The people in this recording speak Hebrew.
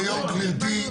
מאוד מפויס.